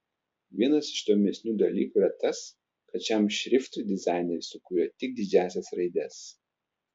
vienas iš įdomesnių dalykų yra tas kad šiam šriftui dizaineris sukūrė tik didžiąsias raides